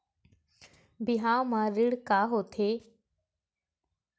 बिहाव म ऋण का होथे?